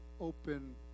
open